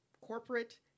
Corporate